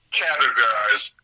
categorize